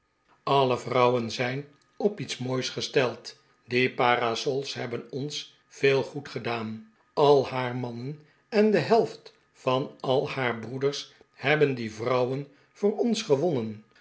alle vrouwen zijn op iets moois gesteld die parasols hebben ons veel goed gedaan al haar mannen en de helft van haar broeders hebben die vrouwen voor ons gewonnen